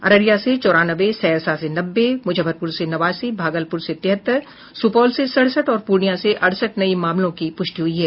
अररिया से चौरानवे सहरसा से नब्बे मुजफ्फरपुर से नवासी भागलपुर से तिहत्तर सुपौल से सड़सठ और पूर्णिया से अड़सठ नये मामलों की प्रष्टि हुई है